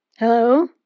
Hello